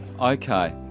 Okay